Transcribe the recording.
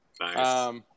Nice